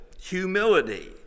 Humility